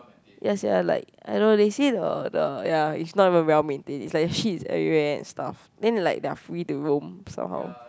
ya sia like I don't know they say the the ya it's not even well maintained it's like the shit is everywhere and stuff then like they're free to roam somehow